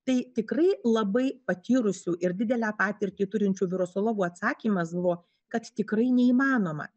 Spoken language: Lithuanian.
tai tikrai labai patyrusių ir didelę patirtį turinčių virusologų atsakymas buvo kad tikrai neįmanoma